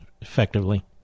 effectively